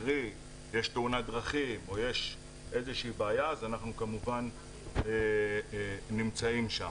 קרי יש תאונת דרכים או איזו שהיא בעיה אנחנו כמובן נמצאים שם.